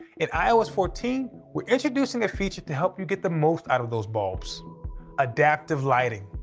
in ios fourteen, we're introducing a feature to help you get the most out of those bulbs adaptive lighting.